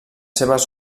seves